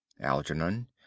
Algernon